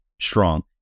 strong